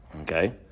Okay